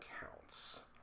counts